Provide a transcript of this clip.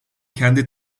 kendi